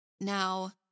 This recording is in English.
Now